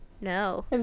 No